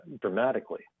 dramatically